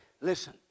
Listen